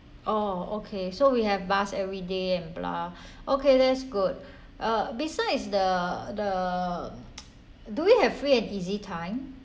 oh okay so we have bus everyday and blah okay that's good uh besides the the do we have free and easy time